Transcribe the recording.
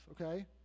okay